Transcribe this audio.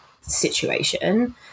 situation